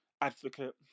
advocate